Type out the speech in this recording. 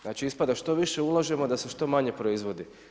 Znači ispada što više ulažemo, da se što manje proizvodi.